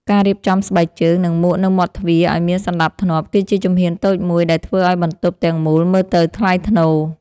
ការរៀបចំស្បែកជើង និងមួកនៅមាត់ទ្វារឱ្យមានសណ្ដាប់ធ្នាប់ គឺជាជំហានតូចមួយដែលធ្វើឱ្យបន្ទប់ទាំងមូលមើលទៅថ្លៃថ្នូរ។